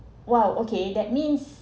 !wow! okay that means